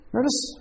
Notice